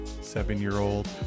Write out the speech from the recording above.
seven-year-old